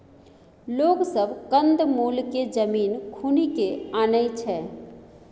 लोग सब कंद मूल केँ जमीन खुनि केँ आनय छै